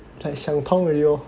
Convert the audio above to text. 想通 already lor